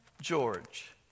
George